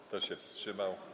Kto się wstrzymał?